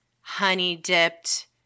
honey-dipped